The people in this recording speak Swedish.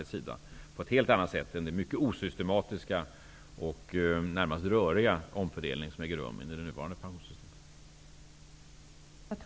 Det kan ske på ett helt annat sätt än genom den osystematiska och närmast röriga omfördelning som äger rum inom det nuvarande pensionssystemet.